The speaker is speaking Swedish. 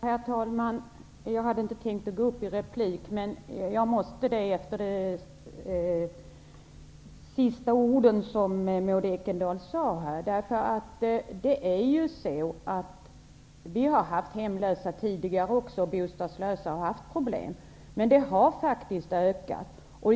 Herr talman! Jag hade inte tänkt begära replik, men jag måste bemöta vad Maud Ekendahl sade avslutningsvis. Det har funnits problem med hemlösa och bostadslösa tidigare. Men problemen har faktiskt ökat.